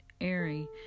airy